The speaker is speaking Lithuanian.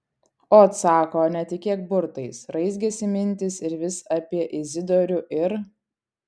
ot sako netikėk burtais raizgėsi mintys ir vis apie izidorių ir